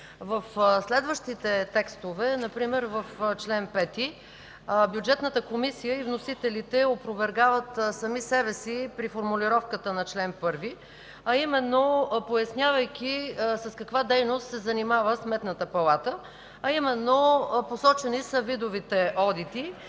В следващите текстове, например в чл. 5, Бюджетната комисия и вносителите опровергават сами себе си при формулировката на чл. 1, а именно пояснявайки с каква дейност се занимава Сметната палата. Посочени са видовете одити